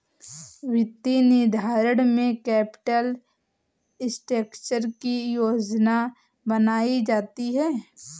वित्तीय निर्धारण में कैपिटल स्ट्रक्चर की योजना बनायीं जाती है